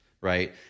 right